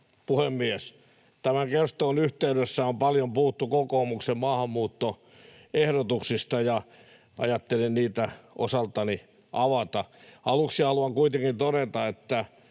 puhemies! Tämän keskustelun yhteydessä on paljon puhuttu kokoomuksen maahanmuuttoehdotuksista, ja ajattelin niitä osaltani avata. Aluksi haluan kuitenkin todeta, että